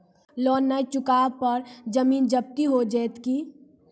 Loan न चुका पर जमीन जब्ती हो जैत की?